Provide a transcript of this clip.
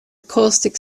caustic